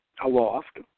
aloft